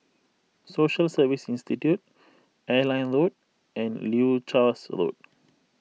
Social Service Institute Airline Road and Leuchars Road